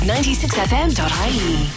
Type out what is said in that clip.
96fm.ie